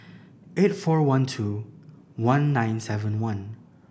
eight four one two one nine seven one